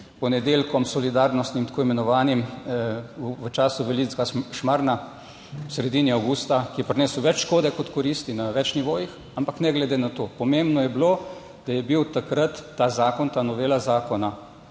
ponedeljkom, solidarnostnim, tako imenovanim, v času velikega šmarna v sredini avgusta, ki je prinesel več škode kot koristi na več nivojih, ampak ne glede na to. Pomembno je bilo, da je bil takrat ta zakon, ta novela zakona